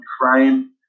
frame